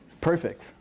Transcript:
Perfect